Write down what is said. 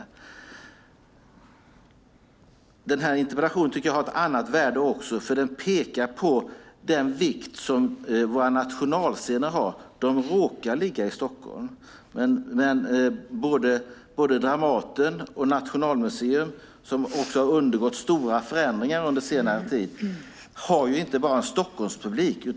Jag tycker också att interpellationen har ett annat värde. Den pekar på den vikt som våra nationalscener har. De råkar ligga i Stockholm. Men både Dramaten och Operan, som har undergått stora förändringar under senare tid, har inte bara Stockholmspublik.